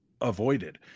avoided